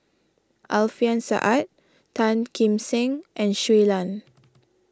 Alfian Sa'At Tan Kim Seng and Shui Lan